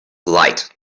light